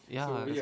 ya